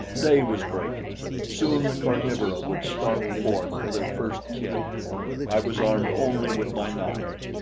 day was breaking soon the carnivora would stalk forth for their first kill i was armed only with my knife.